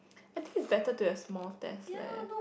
I think it's better to have small test leh